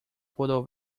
pudo